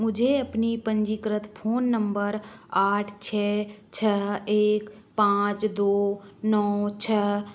मुझे अपनी पंजीकृत फोन नंबर आठ छ छ एक पाँच दो नौ छ